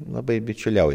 labai bičiuliauja